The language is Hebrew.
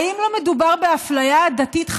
האם לא מדובר באפליה גזעית מהמדרגה הראשונה?